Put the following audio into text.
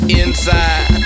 inside